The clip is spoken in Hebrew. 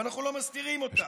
ואנחנו לא מסתירים אותה.